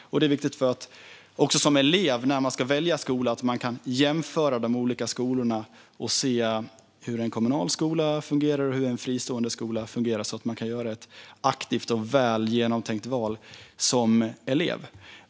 Det är också viktigt för att en elev som ska välja skola ska kunna jämföra olika skolor och se hur en kommunal respektive en fristående skola fungerar så att eleven kan göra ett aktivt och väl genomtänkt val.